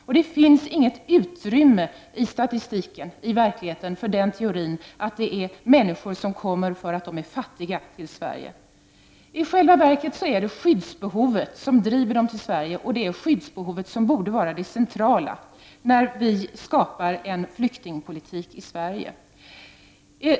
Och det finns inget utrymme i verkligheten för teorin att det är människor som kommer till Sverige för att de är fattiga. I själva verket är det skyddsbehovet som driver dem till Sverige, och det är skyddsbehovet som borde vara det centrala när vi skapar en flyktingpolitik i Sverige.